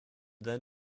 then